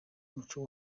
umuco